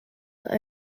but